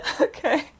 okay